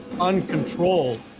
uncontrolled